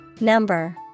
Number